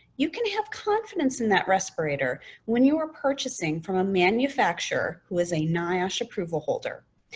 you can have confidence in that respirator when you are purchasing from a manufacturer who is a niosh approval holder.